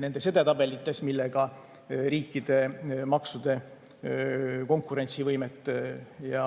nendes edetabelites, millega riikide maksu[süsteemide] konkurentsivõimet ja